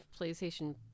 playstation